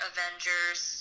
Avengers